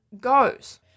goes